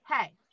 hey